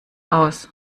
aus